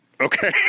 Okay